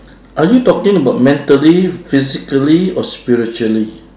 are you talking about mentally physically or spiritually